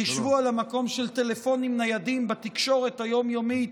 חשבו על המקום של טלפונים ניידים בתקשורת היום-יומית,